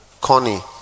connie